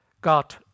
got